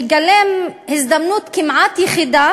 מגלם הזדמנות כמעט יחידה